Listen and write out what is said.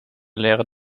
leren